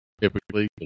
typically